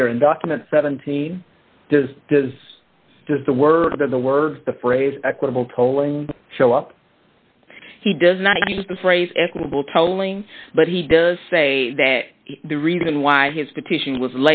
clear in document seventeen does does does the word that the words the phrase equitable tolling show up he does not use the phrase equitable telling but he does say that the reason why his petition was